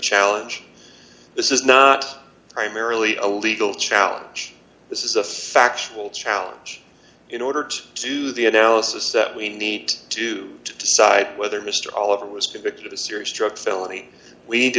challenge this is not primarily a legal challenge this is a factual challenge in order to do the analysis that we need to do to decide whether mr oliver was convicted of a serious drug felony we need to